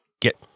get